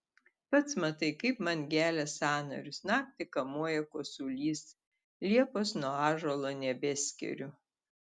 pats matai kaip man gelia sąnarius naktį kamuoja kosulys liepos nuo ąžuolo nebeskiriu